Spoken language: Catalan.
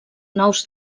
nous